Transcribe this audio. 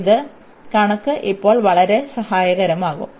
ഈ കണക്ക് ഇപ്പോൾ വളരെ സഹായകരമാകും